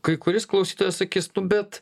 kai kuris klausytojas sakys bet